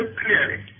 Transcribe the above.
clearly